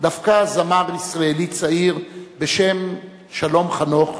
דווקא זמר ישראלי צעיר בשם שלום חנוך,